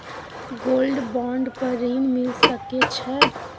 Gold bond पर ऋण मिल सके छै?